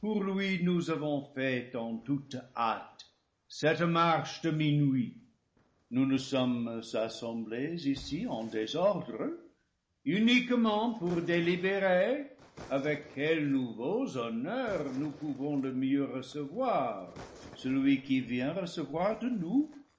nous avons fait en toute hâte cette marche de minuit nous nous sommes assemblés ici en désordre un quement pour délibérer avec quels nouveaux honneurs nous pouvons le mieux recevoir celui qui vient recevoir de nous